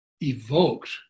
evoked